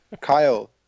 Kyle